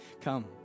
Come